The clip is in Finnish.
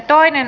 asia